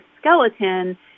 skeleton